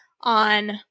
on